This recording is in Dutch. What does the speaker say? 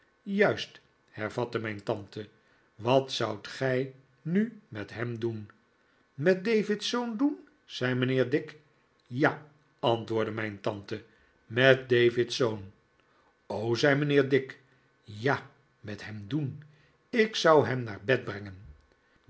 juist hervatte mijn tante wat zoudt gij nu met hem doen met david's zoon doen zei mijnheer dick ja antwoordde mijn tante met david zoo zei mijnheer dick ja met hem doen ik zou hem naar bed brengen